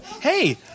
hey